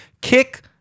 Kick